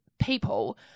people